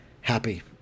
happy